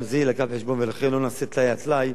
גם זה יובא בחשבון, ולכן לא נעשה טלאי על טלאי.